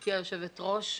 גברתי היושבת ראש,